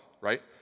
right